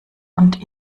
und